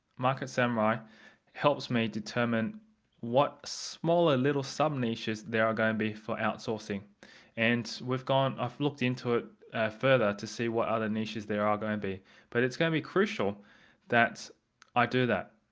market samurai helps determine what smaller little sub niches there are going to be for outsourcing and we've gone i've looked into it further to see what other niches there are going to be but it's going to be crucial that i do that.